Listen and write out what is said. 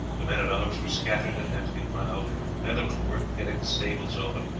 the men-at-arms were scattered, and had to be roused then there was the work of getting the stables open,